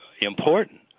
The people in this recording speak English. important